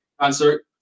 concert